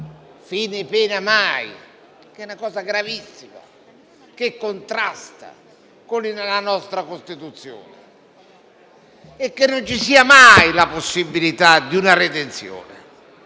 ("fine pena: mai", una cosa gravissima che contrasta con la nostra Costituzione) e che non ci sia mai una possibilità di redenzione.